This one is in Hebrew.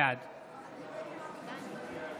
בעד